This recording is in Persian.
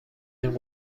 این